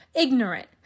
ignorant